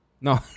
no